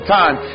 time